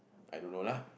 I don't know lah